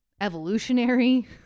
evolutionary